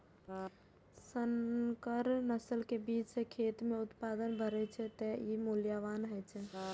संकर नस्ल के बीज सं खेत मे उत्पादन बढ़ै छै, तें ई मूल्यवान होइ छै